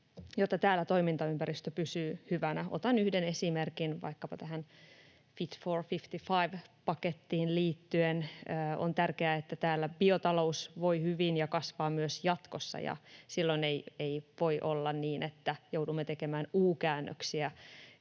jotta täällä toimintaympäristö pysyy hyvänä. Otan yhden esimerkin, vaikkapa tähän Fit for 55 ‑pakettiin liittyen. On tärkeää, että täällä biotalous voi hyvin ja kasvaa myös jatkossa, ja silloin ei voi olla niin, että joudumme tekemään U-käännöksiä.